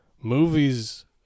movies